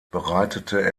bereitete